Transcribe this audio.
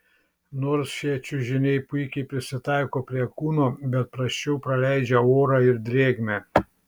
nors šie čiužiniai puikiai prisitaiko prie kūno bet prasčiau praleidžia orą ir drėgmę